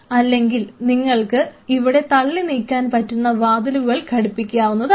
അല്ലെങ്കിൽ നിങ്ങൾക്ക് ഇവിടെ തള്ളിനീക്കാൻ പറ്റുന്ന വാതിലുകൾ ഘടിപ്പിക്കാവുന്നതാണ്